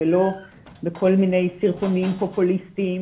ולא בכל מיני סרטונים פופוליסטיים